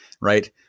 right